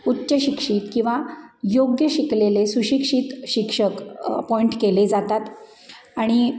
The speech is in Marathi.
उच्चशिक्षित किंवा योग्य शिकलेले सुशिक्षित शिक्षक अपॉइंट केले जातात आणि